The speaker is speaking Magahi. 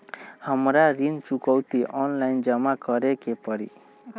हमरा ऋण चुकौती ऑनलाइन जमा करे के परी?